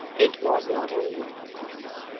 it was not always thus.